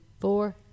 four